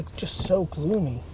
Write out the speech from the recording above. just so gloomy.